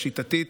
השיטתית,